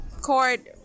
court